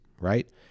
right